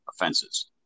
offenses